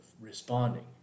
responding